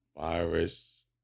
virus